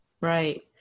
Right